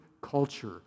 culture